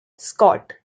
scott